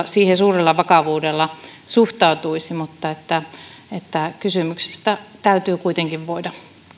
siihen suurella vakavuudella suhtautuisi mutta kysymyksistä täytyy kuitenkin voida